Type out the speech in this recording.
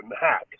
hack